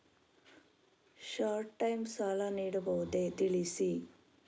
Short time ಸಾಲ ನೀಡಬಹುದೇ ತಿಳಿಸಿ?